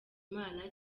imana